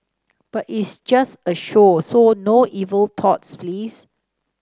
but it's just a show so no evil thoughts please